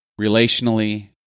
Relationally